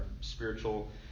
spiritual